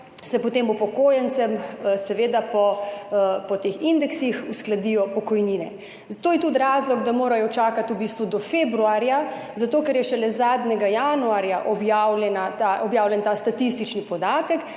se potem upokojencem seveda po teh indeksih uskladijo pokojnine. To je tudi razlog, da morajo čakati v bistvu do februarja – zato ker je šele zadnjega januarja objavljen ta statistični podatek,